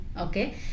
Okay